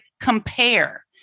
compare